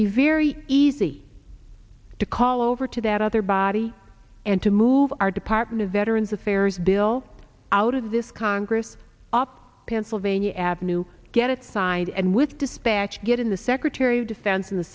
be very easy to call over to that other body and to move our department of veterans affairs bill out of this congress up pennsylvania avenue get it signed and with dispatch get in the secretary of defense and the